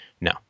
No